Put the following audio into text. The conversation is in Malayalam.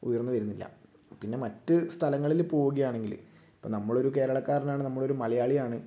ഉയർന്ന് വരുന്നില്ല പിന്നെ മറ്റു സ്ഥലങ്ങളിൽ പോകുകയാണെങ്കിൽ ഇപ്പം നമ്മൾ ഒരു കേരളക്കാരനാണ് നമ്മളൊരു മലയാളിയാണ്